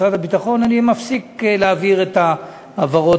אני מפסיק את ההעברות